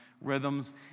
rhythms